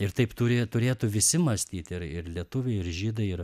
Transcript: ir taip turi turėtų visi mąstyt ir ir lietuviai ir žydai ir